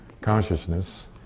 consciousness